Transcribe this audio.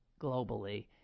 globally